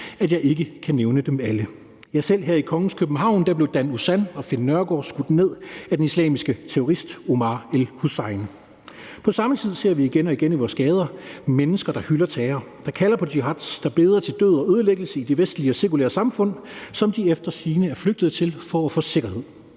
at jeg ikke kan nævne dem alle. Ja, selv her i Kongens København blev Dan Uzan og Finn Nørgaard skudt ned af den islamiske terrorist Omar El-Hussein. På samme tid ser vi igen og igen i vores gader mennesker, der hylder terror, kalder på jihad, beder til død og ødelæggelse i de vestlige, sekulære samfund, som de efter sigende er flygtet til for at få sikkerhed.